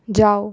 ਜਾਓ